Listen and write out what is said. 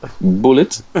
bullet